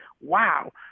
wow